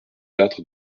lattre